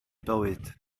bywyd